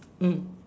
mm